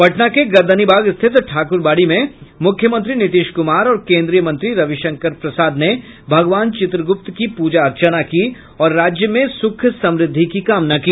पटना के गर्दनीबाग स्थित ठाक्रबाड़ी में मुख्यमंत्री नीतीश कुमार और केन्द्रीय मंत्री रविशंकर प्रसाद ने भगवान चित्रगुप्त की पूजा अर्चना की और राज्य में सुख समृद्धि की कामना की